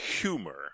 Humor